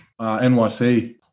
NYC